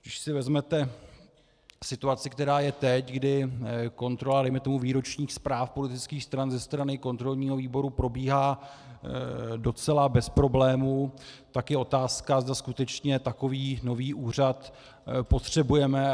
Když si vezmete situaci, která je teď, kdy kontrola dejme tomu výročních zpráv politických stran ze strany kontrolního výboru probíhá docela bez problémů, tak je otázka, zda skutečně takový nový úřad potřebujeme.